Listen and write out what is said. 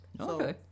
Okay